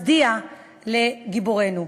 מצדיע לגיבורינו.